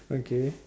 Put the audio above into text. okay